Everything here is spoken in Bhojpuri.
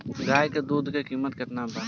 गाय के दूध के कीमत केतना बा?